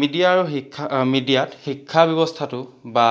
media আৰু শিক্ষা মিডিয়াত শিক্ষা ব্যৱস্থাটো বা